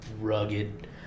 rugged